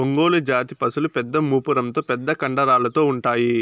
ఒంగోలు జాతి పసులు పెద్ద మూపురంతో పెద్ద కండరాలతో ఉంటాయి